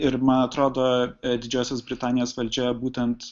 ir man atrodo didžiosios britanijos valdžia būtent